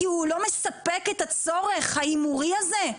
כי הוא לא מספק את הצורך ההימורי הזה?